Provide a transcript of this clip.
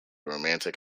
romantic